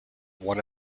one